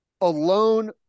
alone